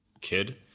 kid